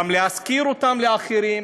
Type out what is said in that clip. להשכיר אותן לאחרים,